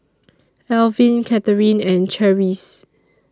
Elvin Catharine and Cherise